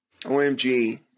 OMG